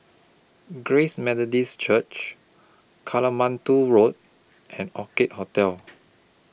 Grace Methodist Church Katmandu Road and Orchid Hotel